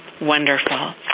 wonderful